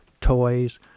toys